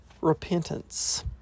repentance